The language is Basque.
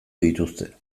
dituzte